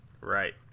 Right